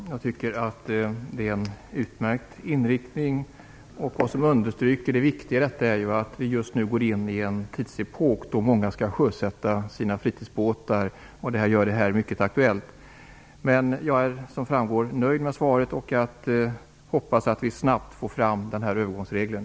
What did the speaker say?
Fru talman! Jag tycker att det är en utmärkt inriktning. Vad som understryker det viktiga i detta är att vi just nu går in i en tidsepok då många skall sjösätta sina fritidsbåtar. Det gör frågan mycket aktuell. Men jag är, som framgår, nöjd med svaret och hoppas att vi snabbt får fram övergångsregeln.